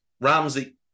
Ramsey